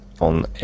on